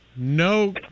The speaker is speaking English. No